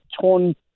torn